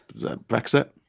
Brexit